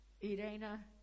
Irena